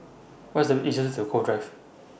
What IS The easiest to Cove Drive